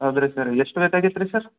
ಹೌದು ರಿ ಸರ್ ಎಷ್ಟು ಬೇಕಾಗಿತ್ತು ರೀ ಸರ್